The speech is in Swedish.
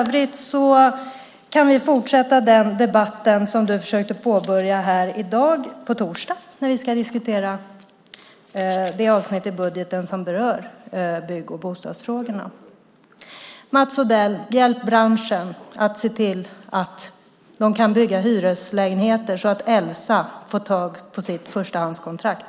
Vi kan fortsätta den debatt som han försökte påbörja i dag på torsdag när vi ska diskutera det avsnitt i budgeten som berör bygg och bostadsfrågorna. Hjälp branschen, Mats Odell, att se till att de kan bygga hyreslägenheter, så att Elsa kan få tag på sitt förstahandskontrakt!